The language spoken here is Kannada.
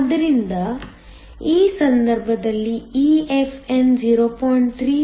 ಆದ್ದರಿಂದ ಈ ಸಂದರ್ಭದಲ್ಲಿ EFn 0